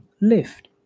lift